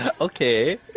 Okay